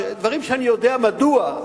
דברים שאני יודע מדוע,